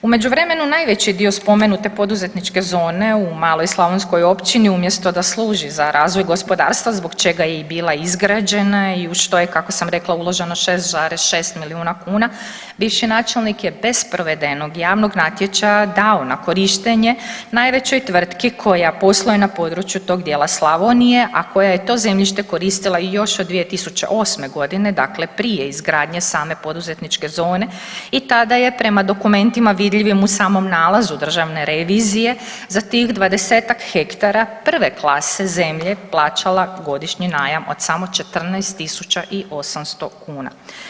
U međuvremenu najveći dio spomenute poduzetničke zone u maloj slavonskoj općini umjesto da služi za razvoj gospodarstva zbog čega je i bila izgrađena i u što je kako sam rekla uloženo 6,6 milijuna kuna bivši načelnik je bez provedenog javnog natječaja dao na korištenje najvećoj tvrtki koja posluje na području tog dijela Slavonije, a koja je to zemljište koristila još od 2008. godine, dakle prije izgradnje same poduzetničke zone i tada je prema dokumentima vidljivim u samom nalazu Državne revizije za tih 20-tak hektara prve klase zemlje plaćala godišnji najam od samo 14.800 kuna.